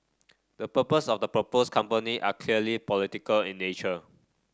the purpose of the proposed company are clearly political in nature